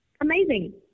Amazing